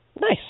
Nice